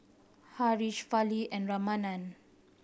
Haresh Fali and Ramanand